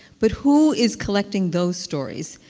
but who is collecting those stories?